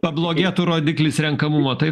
pablogėtų rodiklis renkamumo taip